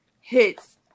hits